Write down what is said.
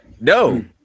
no